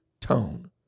tone